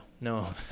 no